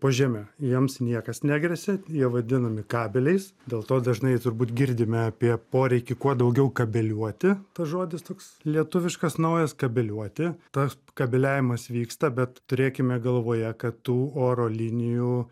po žeme jiems niekas negresia jie vadinami kabeliais dėl to dažnai turbūt girdime apie poreikį kuo daugiau kabeliuoti tas žodis toks lietuviškas naujas kabeliuoti tas kabeliavimas vyksta bet turėkime galvoje kad tų oro linijų